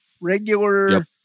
regular